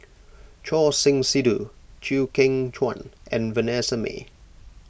Choor Singh Sidhu Chew Kheng Chuan and Vanessa Mae